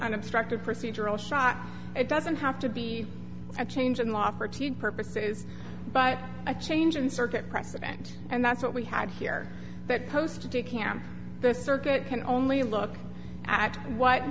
unobstructed procedural shot it doesn't have to be a change in law for two purposes but a change in circuit precedent and that's what we had here that posted to cam the circuit can only look at what